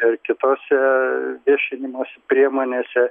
ir kitose viešinimosi priemonėse